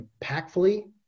impactfully